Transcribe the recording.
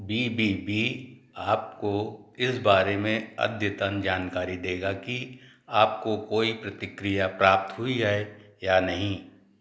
B B B आपको इस बारे में अद्यतन जानकारी देगा कि आपको कोई प्रतिक्रिया प्राप्त हुई है या नहीं